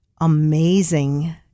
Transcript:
Amazing